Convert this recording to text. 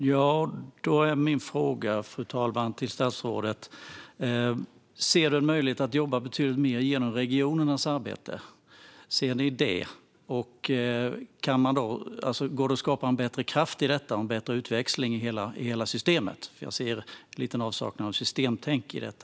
Fru talman! Då är min fråga till statsrådet: Ser du en möjlighet att jobba betydligt mer genom regionerna? Går det att skapa en bättre kraft i detta och en bättre utväxling i hela systemet? Jag ser nämligen lite av en avsaknad av systemtänk i detta.